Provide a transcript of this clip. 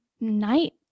night